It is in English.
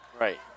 Right